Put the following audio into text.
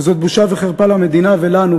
וזאת בושה וחרפה למדינה ולנו,